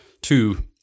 two